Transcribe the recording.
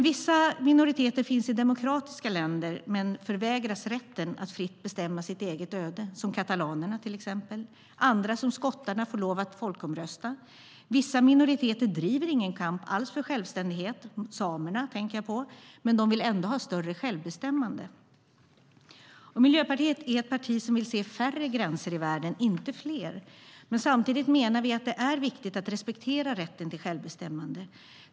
Vissa minoriteter finns i demokratiska länder, men förvägras rätten att fritt bestämma sitt eget öde, som katalanerna. Andra, som skottarna, får lov att folkomrösta. Vissa minoriteter driver ingen kamp alls för självständighet - jag tänker på samerna - men vill ändå ha större självbestämmande. Miljöpartiet är ett parti som vill se färre gränser i världen, inte fler. Samtidigt menar vi att det är viktigt att respektera rätten till självbestämmande.